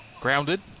Grounded